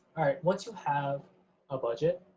once you have a budget,